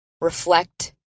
reflect